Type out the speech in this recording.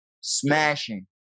smashing